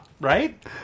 right